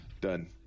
done